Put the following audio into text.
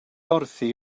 wrthi